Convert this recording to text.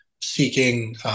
seeking